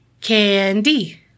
candy